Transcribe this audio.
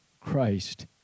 Christ